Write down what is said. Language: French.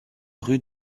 rue